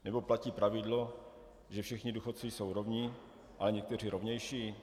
Nebo platí pravidlo, že všichni důchodci jsou si rovni, ale někteří rovnější?